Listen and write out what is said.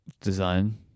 design